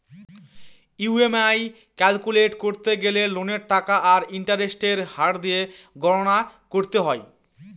EMI calculate করতে গেলে লোনের টাকা আর ইন্টারেস্টের হার দিয়ে গণনা করতে হয়